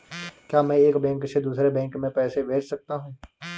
क्या मैं एक बैंक से दूसरे बैंक में पैसे भेज सकता हूँ?